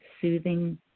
soothing